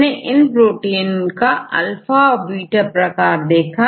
हमने इन membrane protein का अल्फा और बीटा प्रकार देखा